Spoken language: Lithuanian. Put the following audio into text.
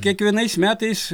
kiekvienais metais